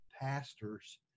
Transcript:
pastors